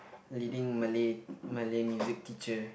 leading Malay Malay music teacher